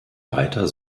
reiter